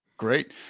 great